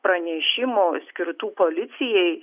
pranešimų skirtų policijai